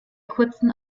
kurzen